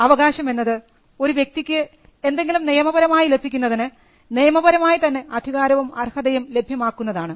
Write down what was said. അവകാശം എന്നത് ഒരു വ്യക്തിക്ക് എന്തെങ്കിലും നിയമപരമായി ലഭിക്കുന്നതിന് നിയമപരമായി തന്നെ അധികാരവും അർഹതയും ലഭ്യമാക്കുന്നതാണ്